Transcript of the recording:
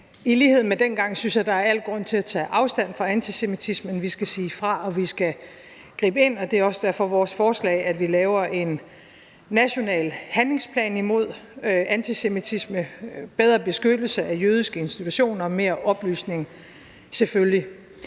I lighed med dengang synes jeg, der er al mulig grund til at tage afstand fra antisemitismen – vi skal sige fra, og vi skal gribe ind, og det er derfor også vores forslag, at vi laver en national handlingsplan mod antisemitisme, med bedre beskyttelse af jødiske institutioner og selvfølgelig